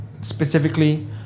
specifically